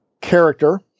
character